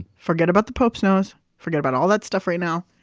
forget about the pope's nose. forget about all that stuff right now.